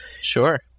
Sure